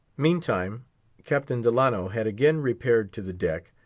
meantime captain delano had again repaired to the deck,